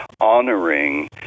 honoring